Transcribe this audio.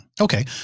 Okay